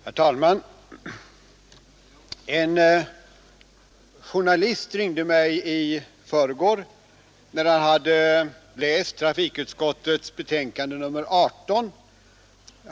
Herr talman! En journalist ringde mig i förrgår när han hade läst trafikutskottets betänkande nr 18.